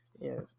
Yes